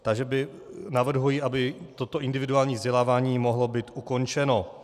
Takže navrhuji, aby toto individuální vzdělávání mohlo být ukončeno.